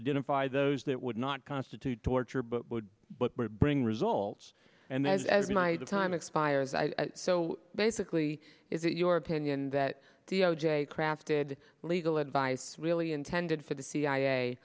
identify those that would not constitute torture but would bring results and that as the night of time expires i so basically is it your opinion that the o j crafted legal advice really intended for the c